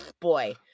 boy